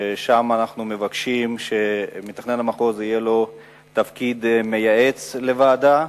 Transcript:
ושם אנחנו מבקשים שלמתכנן המחוז יהיה תפקיד מייעץ לוועדה,